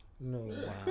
No